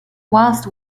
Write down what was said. whilst